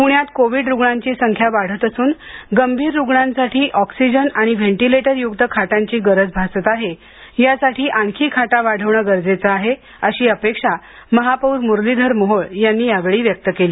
प्ण्यात कोविड रुग्णांची संख्या वाढत असून गंभीर रुग्णांसाठी ऑक्सिजन आणि व्हेंटिलेटरयुक्त खाटांची गरज भासत आहे यासाठी आणखी खाटा वाढवण गरजेचं आहे अशी अपेक्षा महापौर मुरलीधर मोहोळ यांनी यावेळी व्यक्त केली